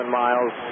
miles